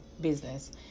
business